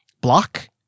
Block